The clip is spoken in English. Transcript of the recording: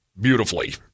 beautifully